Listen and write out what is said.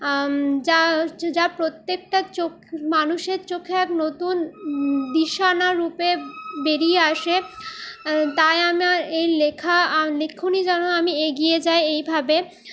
যা যা প্রত্যেকটা চোখ মানুষের চোখে এক নতুন দিশানা রূপে বেরিয়ে আসে তাই আমার এই লেখা লেখনী যেন আমি এগিয়ে যায় এইভাবে